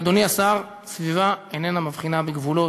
אדוני השר, סביבה איננה מבחינה בגבולות.